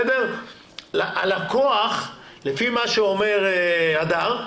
הלקוח לפי מה שאומר הדר,